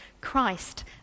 Christ